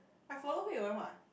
I follow Hui Wen what